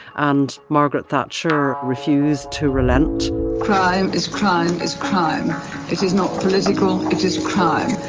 and margaret thatcher refused to relent crime is crime is crime. it is not political. it is crime.